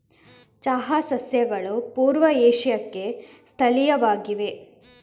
ಚಹಾ ಸಸ್ಯಗಳು ಪೂರ್ವ ಏಷ್ಯಾಕ್ಕೆ ಸ್ಥಳೀಯವಾಗಿವೆ